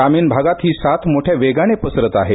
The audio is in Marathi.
ग्रामीण भागात ही साथ मोठ्या वेगाने पसरत आहे